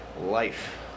Life